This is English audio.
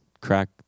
crack